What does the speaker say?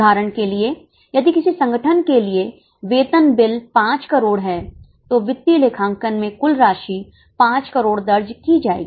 उदाहरण के लिए यदि किसी संगठन के लिए वेतन बिल 5 करोड़ हैं तो वित्तीय लेखांकन में कुल राशि 5 करोड़ दर्ज की जाएगी